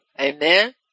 amen